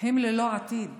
הן ללא עתיד.